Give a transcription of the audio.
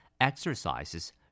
Exercises